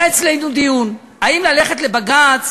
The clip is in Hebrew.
היה אצלנו דיון אם ללכת לבג"ץ,